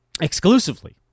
exclusively